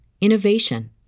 innovation